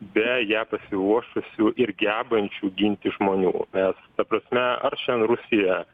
be ją pasiruošusių ir gebančių ginti žmonių nes ta prasme ar šiandien rusija